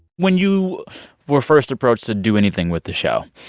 when you were first approached to do anything with the show,